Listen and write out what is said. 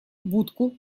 будку